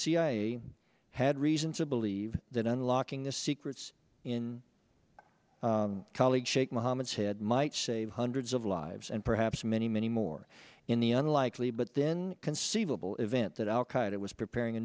cia had reason to believe that unlocking the secrets in colleague shaikh mohammed's head might save hundreds of lives and perhaps many many more in the unlikely but then conceivable event that al qaida was preparing a